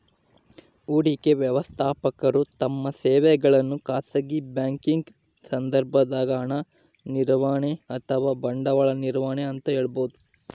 ಹೂಡಿಕೆ ವ್ಯವಸ್ಥಾಪಕರು ತಮ್ಮ ಸೇವೆಗಳನ್ನು ಖಾಸಗಿ ಬ್ಯಾಂಕಿಂಗ್ ಸಂದರ್ಭದಾಗ ಹಣ ನಿರ್ವಹಣೆ ಅಥವಾ ಬಂಡವಾಳ ನಿರ್ವಹಣೆ ಅಂತ ಹೇಳಬೋದು